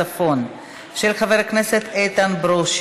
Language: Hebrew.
חבר הכנסת עמר בר-לב.